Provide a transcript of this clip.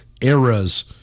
eras